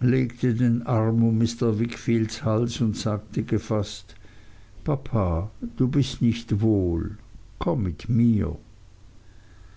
legte den arm um mr wickfields hals und sagte gefaßt papa du bist nicht wohl komm mit mir